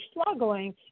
struggling